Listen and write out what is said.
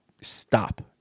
stop